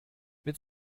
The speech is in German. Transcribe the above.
mit